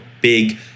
big